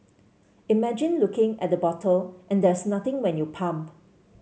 imagine looking at the bottle and there's nothing when you pump